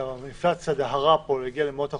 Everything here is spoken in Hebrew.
כשהאינפלציה דהרה פה והגיעה למאות אחוזים,